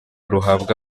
ruhabwa